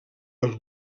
als